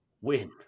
win